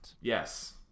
yes